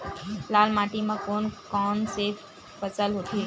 लाल माटी म कोन कौन से फसल होथे?